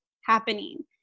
happening